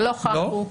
ולא כך הוא.